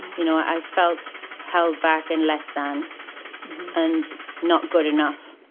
you know, i felt held back and less than and not good enough,